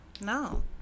No